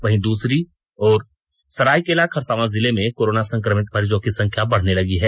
वहीं दूसरी और सरायकेला खरसांवां जिले में कोरोना संक्रमित मरीजों की संख्या बढ़ने लगी है